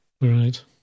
right